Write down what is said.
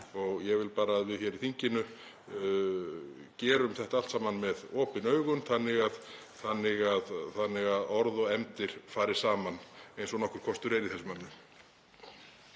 Ég vil bara að við hér í þinginu gerum þetta allt saman með opin augun þannig að þannig að orð og efndir fari saman eins og nokkur kostur er í þessum efnum.